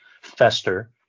fester